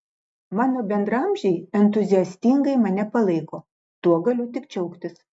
mano bendraamžiai entuziastingai mane palaiko tuo galiu tik džiaugtis